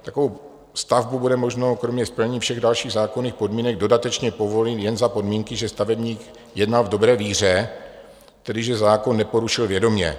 Takovou stavbu bude možné kromě splnění všech dalších zákonných podmínek dodatečně povolit jen za podmínky, že stavebník jednal v dobré víře, tedy že zákon neporušil vědomě.